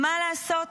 מה לעשות